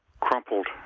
crumpled